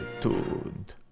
tuned